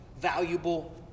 valuable